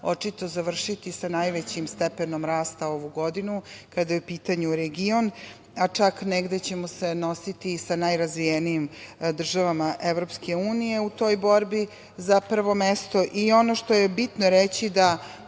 očito završiti sa najvećim stepenom rasta ovu godinu kada je u pitanju region, a čak negde ćemo se nositi sa najrazvijenijim državama Evropske unije u toj borbi za prvo mesto i ono što je bitno reći da